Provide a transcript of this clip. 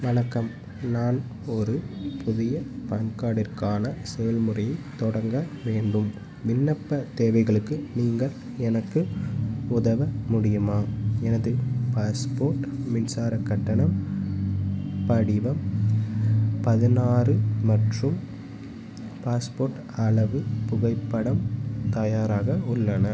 வணக்கம் நான் ஒரு புதிய பான் கார்டிற்கான செயல்முறையை தொடங்க வேண்டும் விண்ணப்ப தேவைகளுக்கு நீங்கள் எனக்கு உதவ முடியுமா எனது பாஸ்போர்ட் மின்சார கட்டணம் படிவம் பதினாறு மற்றும் பாஸ்போர்ட் அளவு புகைப்படம் தயாராக உள்ளன